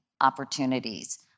opportunities